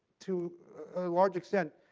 to a large extent,